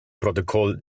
protokoll